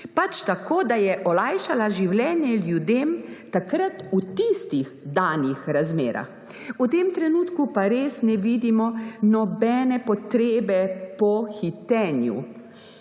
pač tako, da je olajšala življenje ljudem takrat v tistih danih razmerah. V tem trenutku pa res ne vidimo nobene potrebe po hitenju.